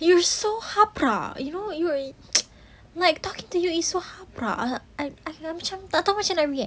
you so haprak you know you're like talking to you is so haprak uh I I tak tahu macam mana nak react